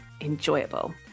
enjoyable